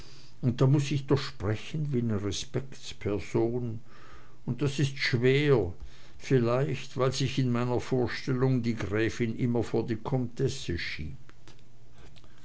und da muß ich doch sprechen wie ne respektsperson und das ist schwer vielleicht weil sich in meiner vorstellung die gräfin immer vor die comtesse schiebt